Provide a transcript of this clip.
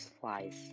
flies